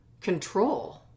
control